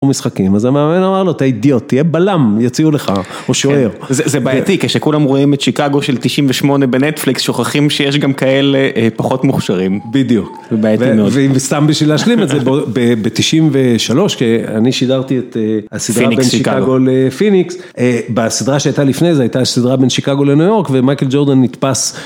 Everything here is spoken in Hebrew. משחקים אז המאמן אמר לו אתה אידיוט תהיה בלם יציעו לך או שוער זה בעייתי כשכולם רואים את שיקגו של 98 בנטפליקס שוכחים שיש גם כאלה פחות מוכשרים בדיוק. ובסתם בשביל להשלים את זה ב 93 כי אני שידרתי את הסדרה בין שיקגו לפיניקס בסדרה שהייתה לפני זה הייתה סדרה בין שיקגו לניו יורק ומייקל ג'ורדן נתפס.